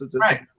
Right